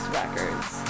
records